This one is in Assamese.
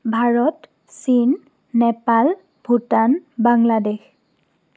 ভাৰত চীন নেপাল ভূটান বাংলাদেশ